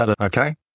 okay